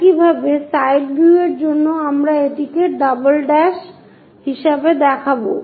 একইভাবে side view এর জন্য আমরা এটিকে ডাবল হিসাবে দেখাবো